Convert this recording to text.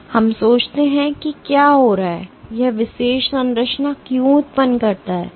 तो अब हम सोचते हैं कि क्या हो रहा है यह विशेष संरचना क्यों उत्पन्न करता है